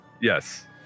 Yes